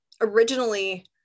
originally